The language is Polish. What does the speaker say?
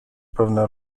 pewne